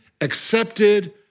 accepted